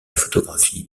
photographie